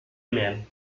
même